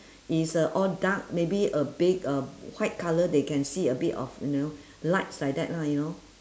is uh all dark maybe a bit of white colour they can see a bit of you know lights like that lah you know